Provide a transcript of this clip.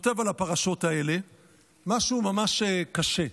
כותב על הפרשות האלה משהו ממש קשה.